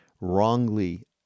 wrongly